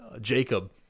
Jacob